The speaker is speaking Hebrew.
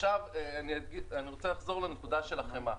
עכשיו אני רוצה לחזור לחמאה.